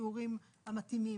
השיעורים המתאימים,